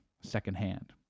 secondhand